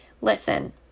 Listen